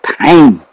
pain